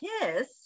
kiss